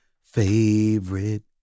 favorite